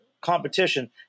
competition